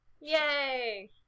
yay